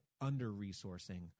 under-resourcing